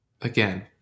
again